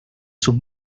sus